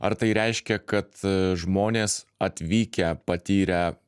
ar tai reiškia kad žmonės atvykę patyrę